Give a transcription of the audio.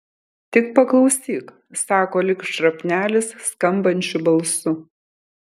tik paklausyk sako lyg šrapnelis skambančiu balsu